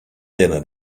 dinner